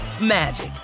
magic